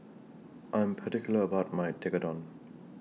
I Am particular about My Tekkadon